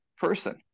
person